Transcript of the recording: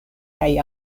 kaj